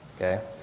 Okay